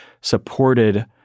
supported